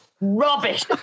rubbish